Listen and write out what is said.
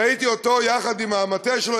ראיתי אותו יחד עם המטה שלו,